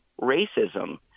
racism